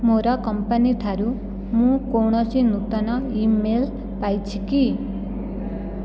ମୋର କମ୍ପାନୀ ଠାରୁ ମୁଁ କୌଣସି ନୂତନ ଇମେଲ୍ ପାଇଛି କି